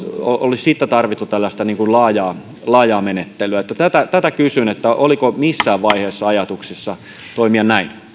olisi siinä tarvittu tällaista laajaa laajaa menettelyä tätä tätä kysyn oliko missään vaiheessa ajatuksissa toimia näin